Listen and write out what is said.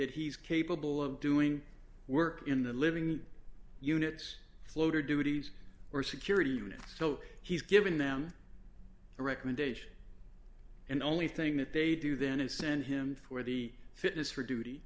that he's capable of doing work in the living units floater duties or security unit so he's giving them a recommendation and the only thing that they do then is send him for the fitness for duty